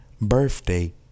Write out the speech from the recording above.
birthday